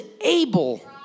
able